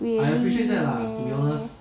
really meh